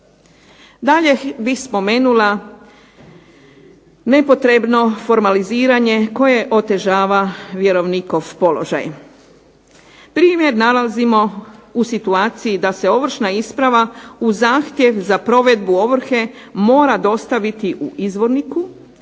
Dalje bih spomenula nepotrebno formaliziranje koje otežava vjerovnikov položaj. Primjer nalazimo u situaciji da se ovršna isprava u zahtjev za provedbu ovrhe mora dostaviti u izvorniku